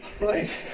Right